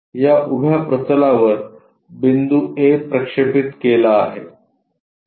या उभ्या प्रतलावर बिंदू A प्रक्षेपित केला आहे